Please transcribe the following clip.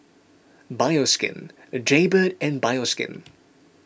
Bioskin Jaybird and Bioskin